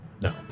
No